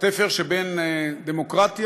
התפר שבין דמוקרטי